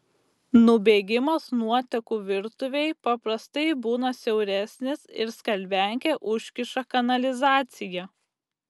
nubėgimas nuotekų virtuvėj paprastai būna siauresnis ir skalbiankė užkiša kanalizaciją